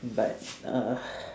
but uh